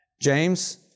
James